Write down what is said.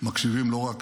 מקשיבים לא רק